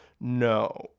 No